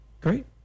Great